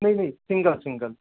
नहीं नहीं सिगर सिंगल